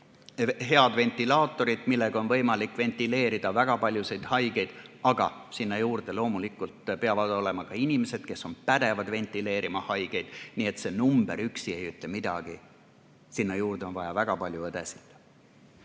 head ventilaatorit, millega on võimalik aidata väga paljusid haigeid, aga sinna juurde loomulikult peavad olema ka inimesed, kes on pädevad haigeid ventileerima. Nii et see number üksi ei ütle midagi. Sinna juurde on vaja väga palju õdesid.